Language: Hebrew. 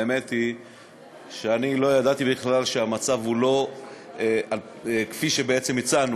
האמת היא שאני לא ידעתי בכלל שהמצב הוא לא כפי שהצענו.